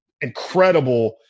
incredible